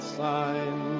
sign